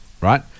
right